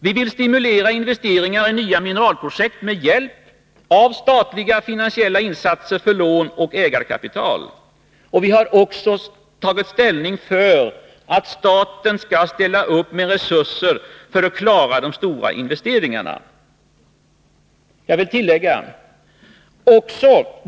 Vi vill stimulera investeringar i nya mineralprojekt med hjälp av statliga finansiella insatser för lån och ägarkapital. Vi har också tagit ställning för att staten skall ställa upp med resurser för att klara de stora investeringarna i järnmalmsgruvorna.